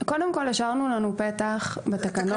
קודם כל, השארנו לנו פתח בתקנות.